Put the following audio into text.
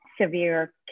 severe